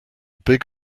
big